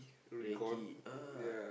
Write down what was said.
recce ah